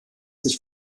sich